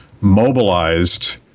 mobilized